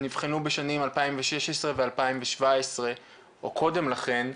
שנבחנו בשנים 2016 ו-2017 או קודם לכן,